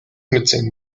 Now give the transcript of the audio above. mitsingen